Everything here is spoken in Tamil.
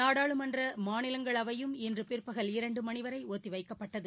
நாடாளுமன்ற மாநிலங்களவையும் இன்று பிற்பகல் இரண்டு மணிவரை ஒத்திவைக்கப்பட்டது